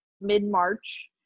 mid-March